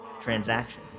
transaction